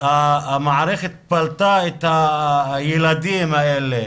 המערכת פלטה את הילדים האלה